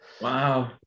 Wow